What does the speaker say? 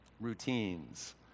Routines